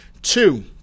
Two